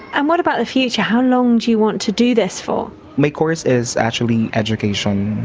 and what about the future, how long do you want to do this for? my course is actually education.